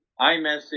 iMessage